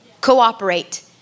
Cooperate